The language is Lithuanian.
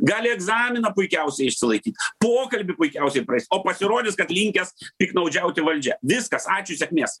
gali egzaminą puikiausiai išsilaikyt pokalbį puikiausiai praeis o pasirodys kad linkęs piktnaudžiauti valdžia viskas ačiū sėkmės